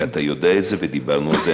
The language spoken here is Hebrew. ואתה יודע את זה, ודיברנו על זה.